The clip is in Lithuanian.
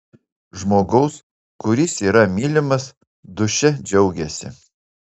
žmogaus kuris yra mylimas dūšia džiaugiasi